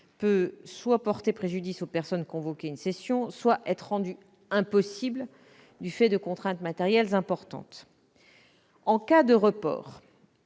peut soit porter préjudice aux personnes convoquées, soit être rendue impossible du fait de contraintes matérielles importantes. En cas de report,